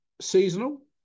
seasonal